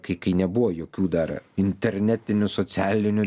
kai kai nebuvo jokių dar internetinių socialinių